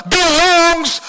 belongs